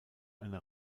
eine